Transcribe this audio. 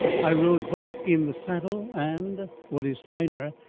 i rode both in the saddle and, what is finer,